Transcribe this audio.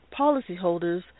policyholders